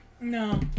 No